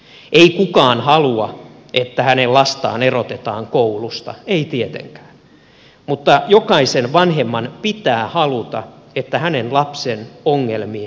ei kukaan halua että hänen lastaan erotetaan koulusta ei tietenkään mutta jokaisen vanhemman pitää haluta että hänen lapsensa ongelmiin puututaan